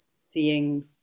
seeing